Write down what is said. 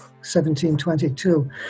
1722